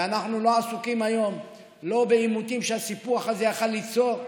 ואנחנו לא עסוקים היום בעימותים שהסיפוח הזה יכול היה ליצור,